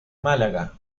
málaga